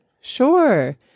Sure